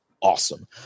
awesome